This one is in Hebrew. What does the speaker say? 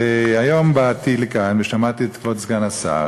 והיום באתי לכאן ושמעתי את כבוד סגן השר